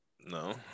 No